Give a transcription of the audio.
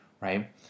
right